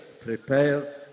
prepared